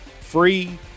free